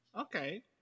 Okay